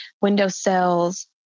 windowsills